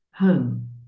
Home